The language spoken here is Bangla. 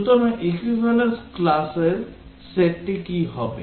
সুতরাং equivalence classর সেটটি কী হবে